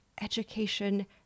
education